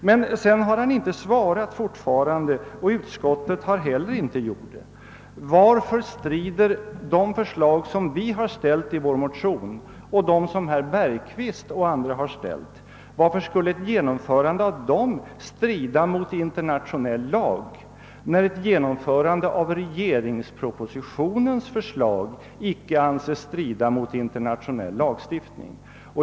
Handelsministern har emellertid ännu inte svarat, och utskottet har heller inte sagt något om varför de förslag vi har ställt i vår motion samt de förslag som herr Bergqvist och andra har ställt skulle strida mot internationell lag, om de genomfördes, medan ett genomförande av propositionens förslag inte anses strida mot internationell lagstiftning.